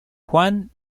juan